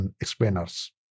explainers